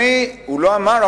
הוא לא אמר,